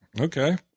Okay